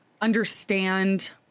understand